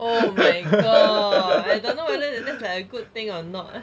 oh my god I don't know whether that's like a good thing or not